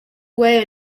away